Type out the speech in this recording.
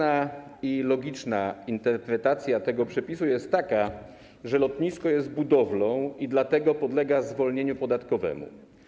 Powszechna i logiczna interpretacja tego przepisu jest taka, że lotnisko jest budowlą i dlatego podlega zwolnieniu podatkowemu.